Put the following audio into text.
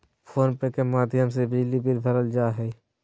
phone पे के माध्यम से बिजली बिल भरल जा हय